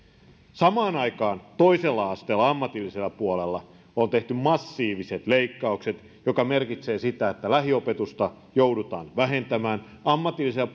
samaan aikaan toisella asteella ammatillisella puolella on tehty massiiviset leikkaukset mikä merkitsee sitä että lähiopetusta joudutaan vähentämään ammatillisella